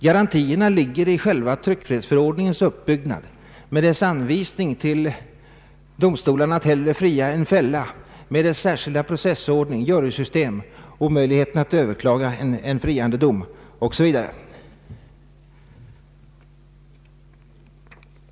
Garantierna ligger i själva tryckfrihetsförordningens uppbyggnad med dess anvisning till domstolarna att hellre fria än fälla, med dess särskilda processordning, dess jurysystem och omöjligheten att överklaga en friande dom o. s. v.